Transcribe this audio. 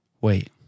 wait